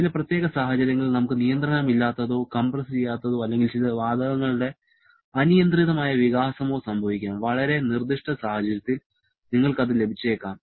ചില പ്രത്യേക സാഹചര്യങ്ങളിൽ നമുക്ക് നിയന്ത്രണമില്ലാത്തതോ കംപ്രസ്സുചെയ്യാത്തതോ അല്ലെങ്കിൽ ചില വാതകങ്ങളുടെ അനിയന്ത്രിതമായ വികാസമോ സംഭവിക്കാം വളരെ നിർദ്ദിഷ്ട സാഹചര്യത്തിൽ നിങ്ങൾക്ക് അത് ലഭിച്ചേക്കാം